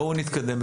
בואו נתקדם.